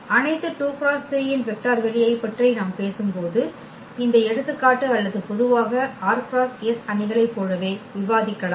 அனைத்து 2 × 3 இன் வெக்டர் வெளியை பற்றி நாம் பேசும் போது இந்த எடுத்துக்காட்டு அல்லது பொதுவாக r × s அணிகளைப் போலவே விவாதிக்கலாம்